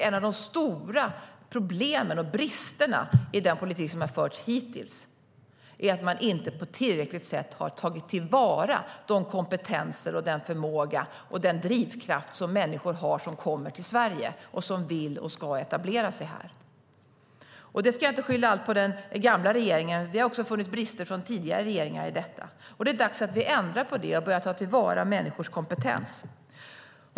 Ett av de stora problemen och en av bristerna med den politik som har förts hittills är att man inte tillräckligt har tagit till vara den kompetens, den förmåga och den drivkraft som människor har som kommer till Sverige och som vill och ska etablera sig här. Jag ska inte skylla allt på den gamla regeringen. Det har också funnits brister hos tidigare regeringar i detta. Det är dags att vi ändrar på det och börjar ta till vara människors kompetens.